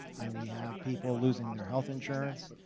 and we have people losing their health insurance.